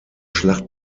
schlacht